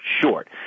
short